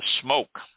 Smoke